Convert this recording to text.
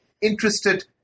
interested